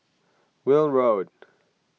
Welm Road